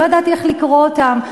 לא ידעתי איך לקרוא אותם,